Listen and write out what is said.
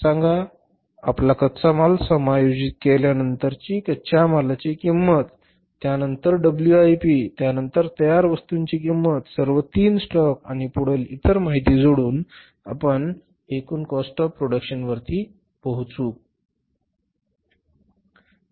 सांगाआपला कच्चा माल समायोजित केल्यानंतरची कच्च्या मालाची किंमत त्यानंतर डब्ल्यूआयपी त्यानंतर तयार वस्तूंची किंमत सर्व तीन स्टाॅक आणि पुढील इतर माहिती जोडून आपण एकूण कॉस्ट ऑफ प्रोडक्शन वरती पोहोचू बरोबर